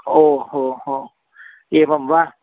ओ हो हो एवं वा